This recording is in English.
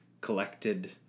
collected